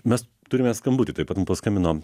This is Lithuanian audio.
mes turime skambutį taip pat mum paskambino